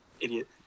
Idiot